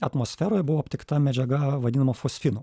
atmosferoj buvo aptikta medžiaga vadinama fosfinu